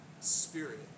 Spirit